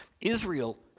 Israel